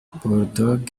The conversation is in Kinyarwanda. bulldogg